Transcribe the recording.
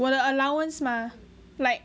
我的 allowance mah like